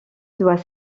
doit